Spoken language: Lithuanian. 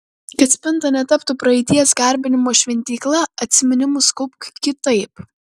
kad spinta netaptų praeities garbinimo šventykla atsiminimus kaupk kitaip